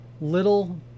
little